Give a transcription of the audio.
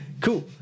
cool